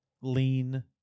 lean